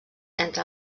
entre